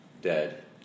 dead